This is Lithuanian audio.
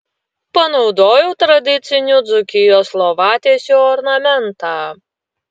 panaudojau tradicinių dzūkijos lovatiesių ornamentą